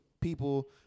people